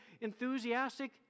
enthusiastic